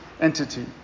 entity